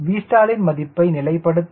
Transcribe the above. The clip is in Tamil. Vstall ன் மதிப்பை நிலைப்படுத்த WS 49